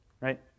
Right